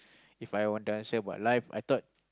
If I want to answer about life I thought